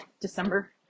December